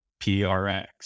PRX